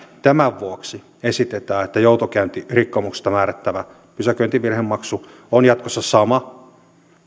tämän vuoksi esitetään että joutokäyntirikkomuksesta määrättävä pysäköintivirhemaksu on jatkossa sama